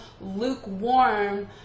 lukewarm